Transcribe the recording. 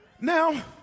Now